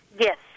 Yes